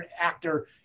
actor